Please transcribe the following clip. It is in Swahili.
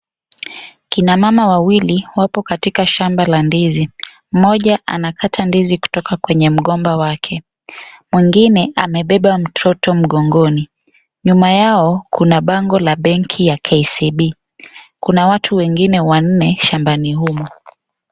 Kina mama wawili wapo katika shamba la ndizi. Mmoja anakata ndizi kutoka kwenye mgomba wake. Mwingine amebeba mtoto mgongoni. Nyuma yao kuna bango la benki ya KCB. Kuna watu wengine wanne shambani humo.